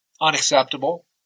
unacceptable